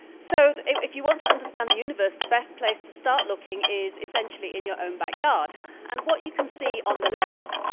so if you want to understand the universe the best place to start looking is essentially in your own backyard and what you can see on the left.